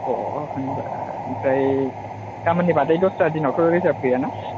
अ अ होनबा ओमफ्राय गाबोननि अनगायै गुबुन सानावथ' रिजार्भ गैया ना